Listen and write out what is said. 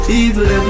evil